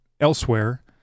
elsewhere